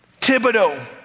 Thibodeau